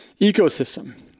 ecosystem